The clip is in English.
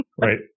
right